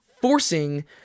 forcing